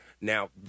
Now